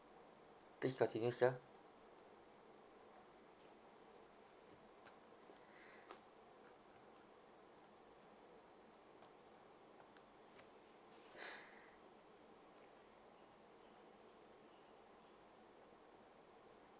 please continue sir